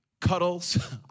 cuddles